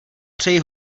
přeji